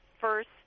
first